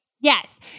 Yes